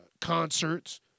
concerts